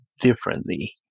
differently